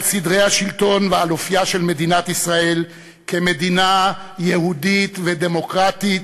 סדרי השלטון ועל אופייה של מדינת ישראל כמדינה יהודית ודמוקרטית,